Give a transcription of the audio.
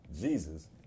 Jesus